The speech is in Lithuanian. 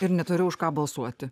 ir neturiu už ką balsuoti